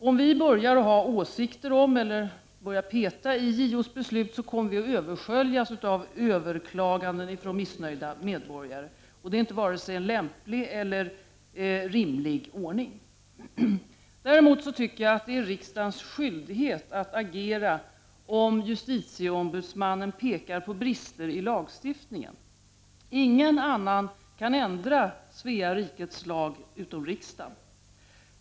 Om vi börjar ha åsikter om eller peta i JO:s beslut kommer vi att översköljas av ”överklaganden” från missnöjda medborgare. Det är varken en rimlig eller lämplig ordning. Däremot tycker jag att det är riksdagens skyldighet att agera om justitieombudsmannen pekar på brister i lagstiftningen. Ingen annan än riksdagen kan ändra Svea Rikes lag.